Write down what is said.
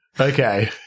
Okay